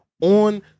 On